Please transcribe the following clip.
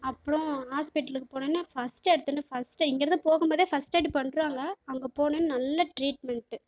அப்றம் ஹாஸ்பிட்டலுக்கு போனோடனே ஃபஸ்ட்டு எடுத்தோடனே ஃபஸ்ட்டே இங்கே இருந்து போகும் போதே ஃபர்ஸ்ட் எய்ட் பண்ணிருவாங்க அங்கே போனோடனே நல்ல டிரீட்மென்ட்டு